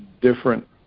different